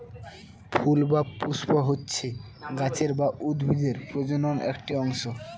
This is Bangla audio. ফুল বা পুস্প হচ্ছে গাছের বা উদ্ভিদের প্রজনন একটি অংশ